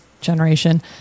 generation